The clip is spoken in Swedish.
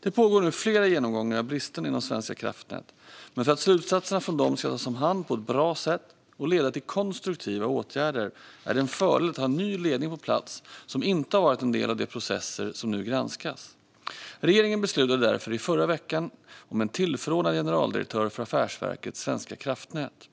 Det pågår nu flera genomgångar av bristerna inom Svenska kraftnät. Men för att slutsatserna från dem ska tas om hand på ett bra sätt och leda till konstruktiva åtgärder är det en fördel att ha en ny ledning på plats som inte har varit en del av de processer som nu granskas. Regeringen beslutade därför i förra veckan om en tillförordnad generaldirektör för Affärsverket svenska kraftnät.